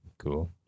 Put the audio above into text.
Cool